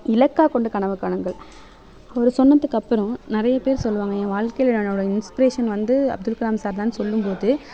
இலக்காக கொண்டு கனவு காணுங்கள் அவர் சொன்னதுக்கப்புறம் நிறைய பேர் சொல்வாங்க என் வாழ்க்கையினோட என்னோட இன்ஸ்பிரேஷன் வந்து அப்துல் கலாம் சார் தான் சொல்லும் போது